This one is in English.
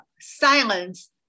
silence